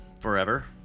forever